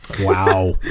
Wow